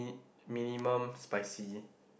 minimum spicy